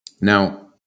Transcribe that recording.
Now